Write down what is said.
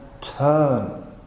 turn